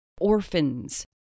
orphans